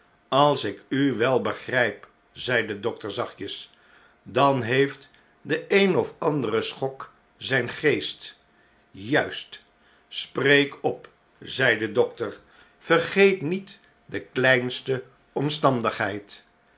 als ik u wel begryp zei de dokter zachtjes dan heeft de een ofandere schok zyn geest juist spreek op zei de dokter vergeetniet de kleinste omstandigheid